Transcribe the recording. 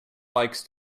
likes